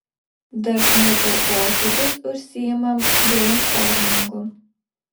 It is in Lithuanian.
dažnai per posėdžius užsiimam breinstormingu